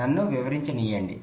నన్ను వివరించనీయండి